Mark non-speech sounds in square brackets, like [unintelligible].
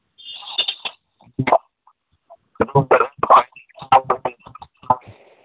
[unintelligible]